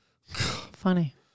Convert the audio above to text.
funny